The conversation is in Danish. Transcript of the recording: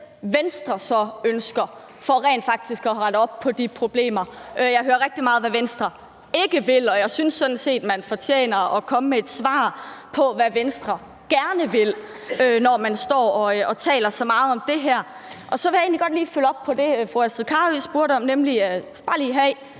model Venstre så ønsker for rent faktisk at rette op på de problemer. Jeg hører rigtig meget om, hvad Venstre ikke vil, og jeg synes sådan set, at man skylder at komme med et svar på, hvad Venstre gerne vil, når man står og taler så meget om det her. Så vil jeg egentlig godt lige følge op på det, fru Astrid Carøe spurgte om: Er det